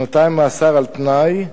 שנתיים מאסר על-תנאי,